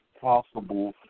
possible